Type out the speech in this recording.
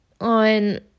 on